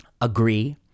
Agree